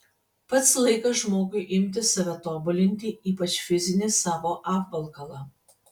pats laikas žmogui imtis save tobulinti ypač fizinį savo apvalkalą